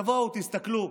תבואו, תסתכלו,